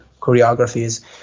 choreographies